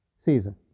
Season